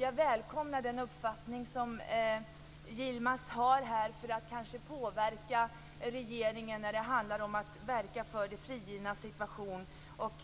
Jag välkomnar den uppfattning som Yilmaz har om att påverka regeringen när det handlar om att verka för de frigivnas situation.